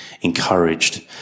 encouraged